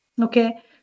Okay